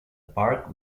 park